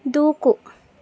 దూకు